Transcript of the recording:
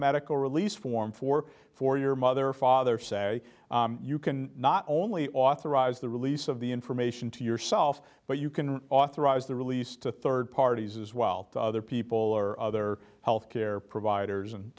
medical release form for for your mother or father say you can not only authorized the release of the information to yourself but you can authorize the release to third parties as well other people or other health care providers and